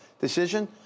decision